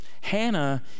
Hannah